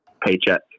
paycheck